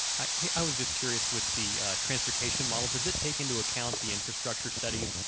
i was just curious with the transportation model, does it take into account the infrastructure studies?